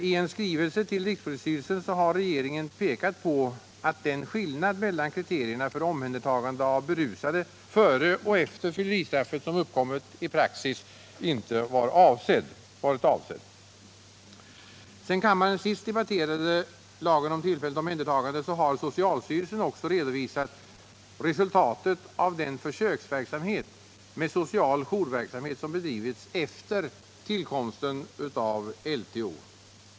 I en skrivelse till rikspolisstyrelsen har regeringen pekat på att den skillnad mellan kriterierna för omhändertagande av berusade före och efter fylleristraffet som uppkommit i praxis inte varit avsedd. Sedan kammaren senast debatterade lagen om tillfälligt omhändertagande har socialstyrelsen också redovisat resultatet av den försöksverksamhet med social jourverksamhet som bedrivits efter tillkomsten av LTO.